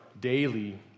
daily